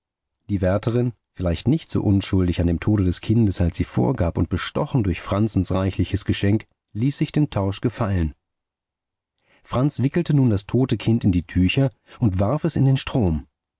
die wärterin vielleicht nicht so unschuldig an dem tode des kindes als sie vorgab und bestochen durch franzens reichliches geschenk ließ sich den tausch gefallen franz wickelte nun das tote kind in die tücher und warf es in den strom